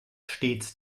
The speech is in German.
stets